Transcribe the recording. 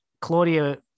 Claudia